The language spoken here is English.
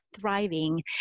thriving